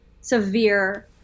severe